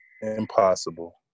Impossible